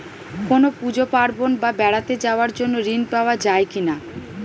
কোনো পুজো পার্বণ বা বেড়াতে যাওয়ার জন্য ঋণ পাওয়া যায় কিনা?